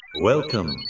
Welcome